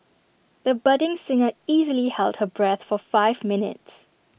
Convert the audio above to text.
the budding singer easily held her breath for five minutes